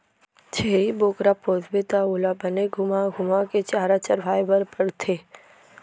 छेरी बोकरा पोसबे त ओला बने घुमा घुमा के चारा चरवाए बर परथे